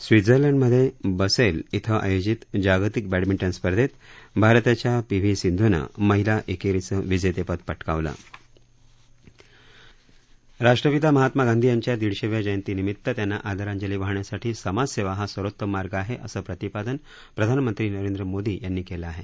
स्वित्झर्लंडमध्ये बसेल इथं आयोजित जागतिक बॅडमिंटन स्पर्धेत भारताच्या पी व्ही सिंधनं महिला एकेरीचं विजेतेपद पटकावलं राष्ट्रपिता महात्मा गांधी यांच्या दीडशेव्या जयंतीनिमित त्यांना आदरांजली वाहण्यासाठी समाजसेवा हा सर्वोत्तम मार्ग आहे असं प्रतिपादन प्रधानमंत्री नरेंद्र मोदी यांनी केलं आहे